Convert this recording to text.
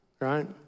right